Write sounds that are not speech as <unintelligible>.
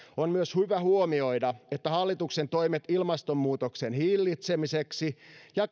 on myös hyvä huomioida että hallituksen toimet ilmastonmuutoksen hillitsemiseksi ja <unintelligible>